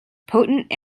potent